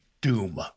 doom